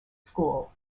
school